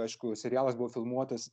aišku serialas buvo filmuotas